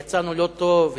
יצאנו לא טוב,